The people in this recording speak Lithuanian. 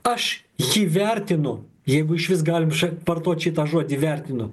aš jį vertinu jeigu išvis galima š vartot šitą žodį vertinu